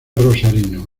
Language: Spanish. rosarino